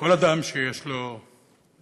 כל אדם שיש לו מצפון,